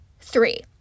three